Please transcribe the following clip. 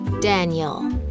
Daniel